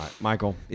Michael